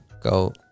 Go